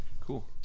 Cool